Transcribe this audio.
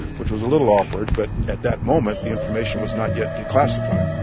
which was a little awkward, but at that moment, the information was not yet declassified